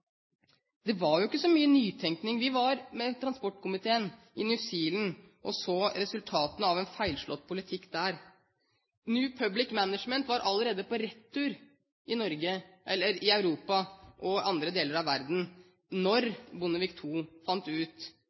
Det var jo ikke så mye nytenkning. Vi var med transportkomiteen i New Zealand og så resultatene av en feilslått politikk der. New Public Management var allerede på retur i Europa og andre deler av verden da Bondevik II fant ut